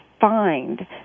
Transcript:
find